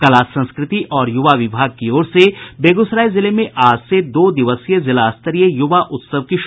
कला संस्कृति और यूवा विभाग की ओर से बेगूसराय जिले में आज से दो दिवसीय जिला स्तरीय युवा उत्सव की शुरूआत हुई